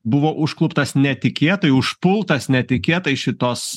buvo užkluptas netikėtai užpultas netikėtai šitos